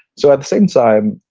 so, at the same time,